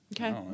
Okay